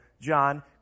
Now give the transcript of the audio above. john